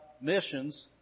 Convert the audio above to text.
missions